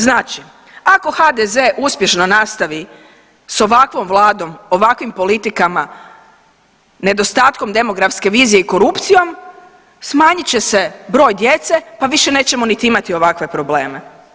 Znači ako HDZ uspješno nastavi sa ovakvom vladom, ovakvim politikama, nedostatkom demografske vizije i korupcijom smanjit će se broj djece pa više nećemo imati ovakve probleme.